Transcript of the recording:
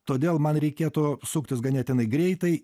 todėl man reikėtų suktis ganėtinai greitai